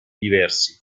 diversi